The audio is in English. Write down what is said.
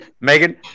Megan